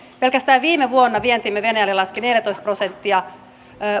pelkästään viime vuonna vientimme venäjälle laski neljätoista prosenttia